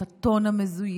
את הטון המזויף,